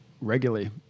regularly